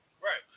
Right